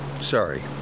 Sorry